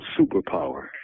superpower